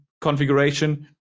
configuration